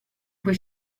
cui